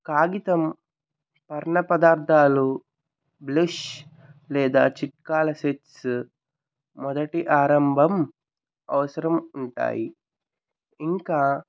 కాగితం వర్ణపదార్థాలు బ్లిష్ లేదా చిట్కాల సెట్సు మొదటి ఆరంభం అవసరం ఉంటాయి ఇంకా